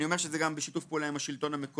אני אומר שזה גם בשיתוף פעולה עם השלטון המקומי.